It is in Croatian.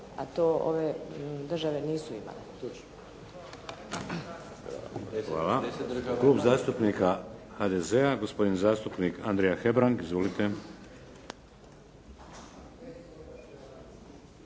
a to ove države nisu imale